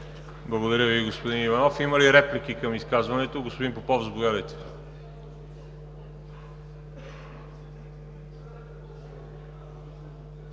Благодаря Ви, господин Иванов. Има ли реплики към изказването? Господин Попов, заповядайте.